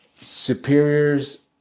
superiors